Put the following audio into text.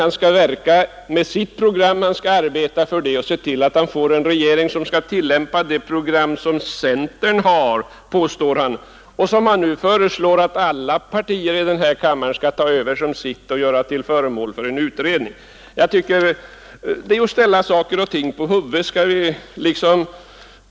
Herr Sjönell får arbeta för att få en regering som tillämpar det program centern påstår sig ha och som han nu föreslår att alla partier i riksdagen skall enas om att göra till föremål för en utredning. Herr Sjönell ställer saker och ting på huvudet.